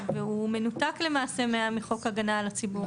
הוא מנותק מחוק ההגנה על הציבור.